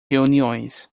reuniões